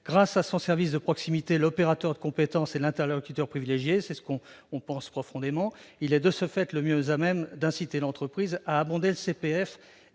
Grâce à son service de proximité, l'opérateur de compétences est l'interlocuteur privilégié de l'entreprise. Il est de ce fait le mieux à même d'inciter l'entreprise à abonder le CPF